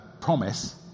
promise